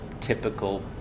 typical